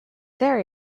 there